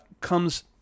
comes